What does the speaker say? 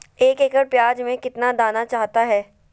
एक एकड़ प्याज में कितना दाना चाहता है?